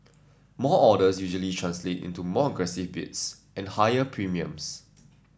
more orders usually translate into more aggressive bids and higher premiums